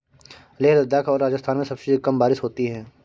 लेह लद्दाख और राजस्थान में सबसे कम बारिश होती है